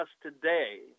today